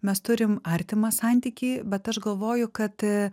mes turim artimą santykį bet aš galvoju kad